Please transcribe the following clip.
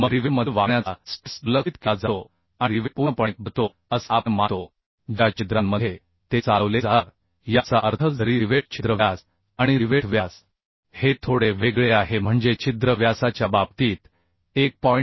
मग रिवेटमधील bending stress दुर्लक्षित केला जातो आणि रिवेट पूर्णपणे भरतो असे आपण मानतो ज्या छिद्रांमध्ये ते चालवले जातात याचा अर्थ जरी रिवेट छिद्र व्यास आणि रिवेट व्यास हे थोडे वेगळे आहे म्हणजे छिद्र व्यासाच्या बाबतीत 1